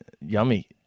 Yummy